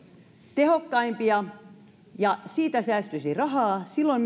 tehokkaampia ja siitä säästyisi rahaa silloin